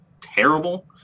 terrible